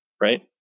right